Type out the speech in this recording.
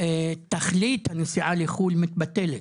תכלית הנסיעה לחו"ל מתבטלת.